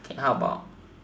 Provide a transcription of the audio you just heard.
okay how about